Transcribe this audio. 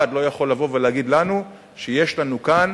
לא יכול לבוא ולהגיד לנו שיש לנו כאן